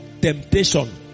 temptation